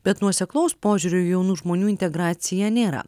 bet nuoseklaus požiūrio į jaunų žmonių integraciją nėra